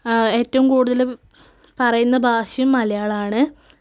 ഏറ്റവും കൂടുതലും പറയുന്ന ഭാഷയും മലയാളമാണ്